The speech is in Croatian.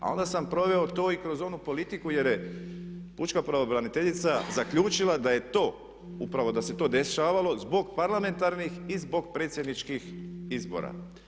A onda sam proveo to i kroz onu politiku jer je pučka pravobraniteljica zaključila da je to, upravo da se to dešavalo zbog parlamentarnih i zbog predsjedničkih izbora.